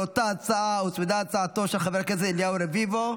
לאותה הצעה הוצמדה הצעתו של חבר הכנסת אליהו רביבו.